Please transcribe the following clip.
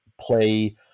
play